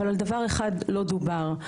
אבל על דבר אחד לא דובר,